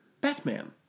Batman